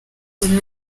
buri